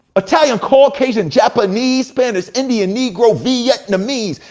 italian, caucasian, japanese, spanish, indian, negro, vietnamese,